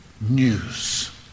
news